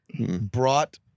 brought